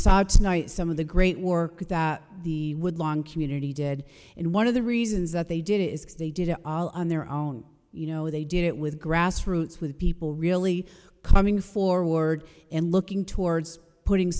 tonight some of the great work that the woodlawn community did in one of the reasons that they did it is they did it all on their own you know they did it with grassroots with people really coming forward and looking towards putting